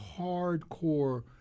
hardcore